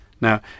Now